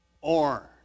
Orange